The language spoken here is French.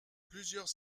plusieurs